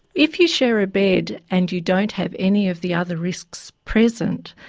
if you share a bed and you don't have any of the other risks present,